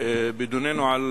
בדיונינו על